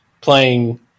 playing